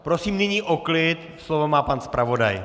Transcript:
Prosím nyní o klid, slovo má pan zpravodaj.